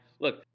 Look